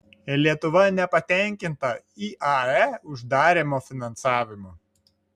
lietuva nepatenkinta iae uždarymo finansavimu